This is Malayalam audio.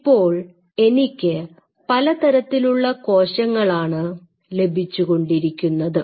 ഇപ്പോൾ എനിക്ക് പലതരത്തിലുള്ള കോശങ്ങളാണ് ലഭിച്ചുകൊണ്ടിരിക്കുന്നത്